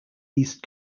east